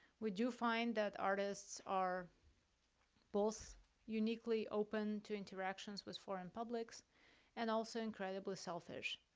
we do find that artists are both uniquely open to interactions with foreign publics and also incredibly selfish,